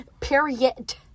period